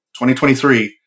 2023